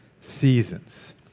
seasons